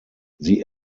sie